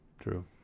true